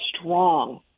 strong